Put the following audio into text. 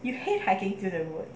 you hate hiking through the words why